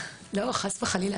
לא, חס וחלילה.